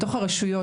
בתוך הרשויות,